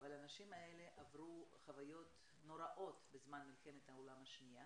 אבל האנשים האלה עברו חוויות נוראיות בזמן מלחמת העולם השנייה.